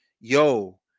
yo